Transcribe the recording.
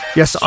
yes